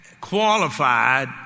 qualified